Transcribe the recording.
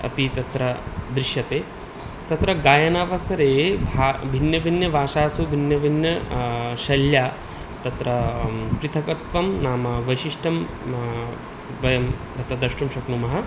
अपि तत्र दृश्यते तत्र गायनावसरे भा भिन्नभिन्नभाषासु भिन्नभिन्न शैल्या तत्र पृथक्त्वं नाम वैशिष्ट्यं वयं तत्र द्रष्टुं शक्नुमः